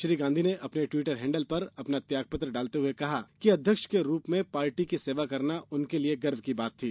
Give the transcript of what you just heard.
श्री गांधी ने अपने Twitter handle पर अपना त्यागपत्र डालते हुए कहा है कि अध्यक्ष के रूप में पार्टी की सेवा करना उनके लिए गर्व की बात थी